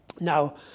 Now